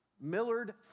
Millard